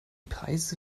preise